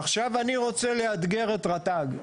עכשיו אני רוצה לאתגר את רט"ג.